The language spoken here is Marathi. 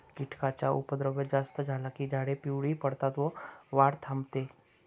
कीटकांचा उपद्रव जास्त झाला की झाडे पिवळी पडतात व वाढ थांबते